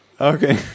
Okay